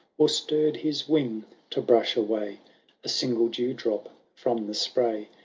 or stirr'd his wing to brush away a single dewdrop from the spray.